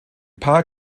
paar